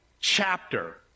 chapter